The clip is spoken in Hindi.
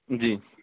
जी